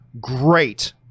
great